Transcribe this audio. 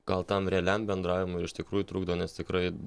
gal tam realiam bendravimui ir iš tikrųjų trukdo nes tikrai